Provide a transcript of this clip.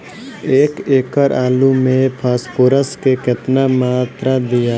एक एकड़ आलू मे फास्फोरस के केतना मात्रा दियाला?